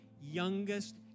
youngest